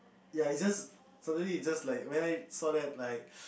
ya you just suddenly you just like when I saw that like